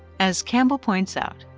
as campbell points out,